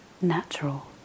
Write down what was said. natural